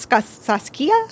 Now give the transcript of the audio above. Saskia